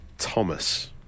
Thomas